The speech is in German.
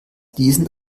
diesen